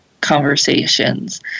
conversations